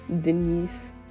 Denise